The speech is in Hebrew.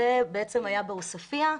זה בעצם היה בעוספיה,